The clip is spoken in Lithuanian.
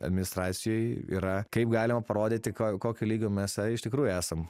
administracijoj yra kaip galima parodyti ką kokio lygio mes iš tikrųjų esam